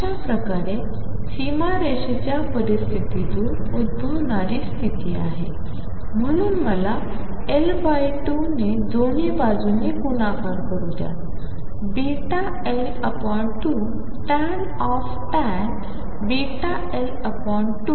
अशा प्रकारे सीमारेषेच्या परिस्थितीतून उद्भवणारी स्थिती आहे म्हणून मला L2 ने दोन्ही बाजूंनी गुणाकार करू द्या βL2tan βL2 αL2